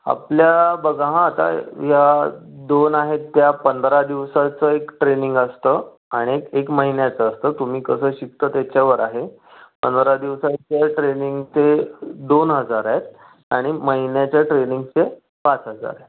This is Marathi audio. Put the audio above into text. आपल्या बघा हं आता या दोन आहेत त्या पंधरा दिवसाचं एक ट्रेनिंग असतं आणि एक एक महिन्याचं असतं तुम्ही कसं शिकता त्याच्यावर आहे पंधरा दिवसाच्या ट्रेनिंगचे दोन हजार आहेत आणि महिन्याच्या ट्रेनिंगचे पाच हजार आहेत